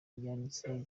yakiniye